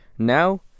Now